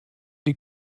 die